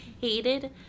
hated